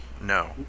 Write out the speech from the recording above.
no